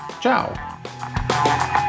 ciao